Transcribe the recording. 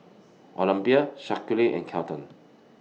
Olympia Shaquille and Kelton